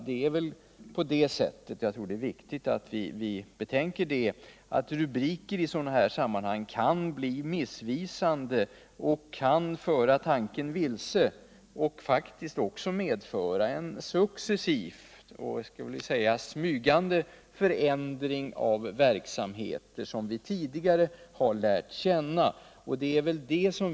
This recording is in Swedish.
Jag tror att det är viktigt att vi betänker att rubriker i sådana här sammanhang kan bli missvisande och kan föra tanken vilse och faktiskt också medföra en successiv och jag skulle vilja säga smygande förändring av verksamheter som vi tidigare har lärt känna.